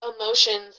emotions